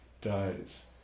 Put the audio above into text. dies